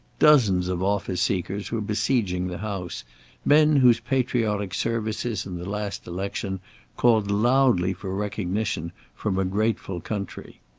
dozens of office-seekers were besieging the house men whose patriotic services in the last election called loudly for recognition from a grateful country.